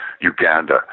Uganda